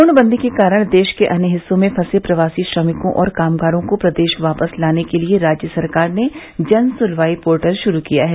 पूर्णबन्दी के कारण देश के अन्य हिस्सों में फंसे प्रवासी श्रमिकों और कामगारों को प्रदेश वापस लाने के लिए राज्य सरकार ने जनसुनवाई पोर्टल शुरू किया है